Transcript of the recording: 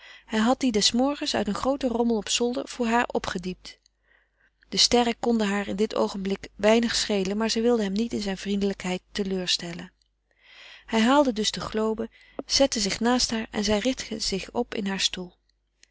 hij had die des morgens uit een grooten rommel op zolder voor haar opgediept de sterren konden haar in dit oogenblik weinig schelen maar zij wilde hem niet in zijne vriendelijkheid teleurstellen hij haalde dus de globe zette zich naast haar en zij richtte zich op in haar stoel